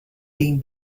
been